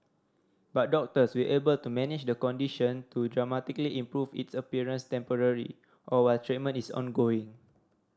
but doctors will able to manage the condition to dramatically improve its appearance temporary or while treatment is ongoing